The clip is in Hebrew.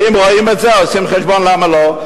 ואם רואים את זה, עושים חשבון: למה לא?